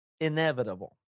inevitable